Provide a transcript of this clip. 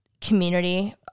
community